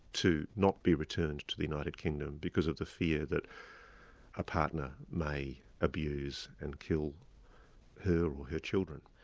to not be returned to the united kingdom because of the fear that a partner may abuse and kill her or her children.